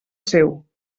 seu